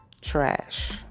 trash